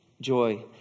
joy